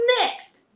next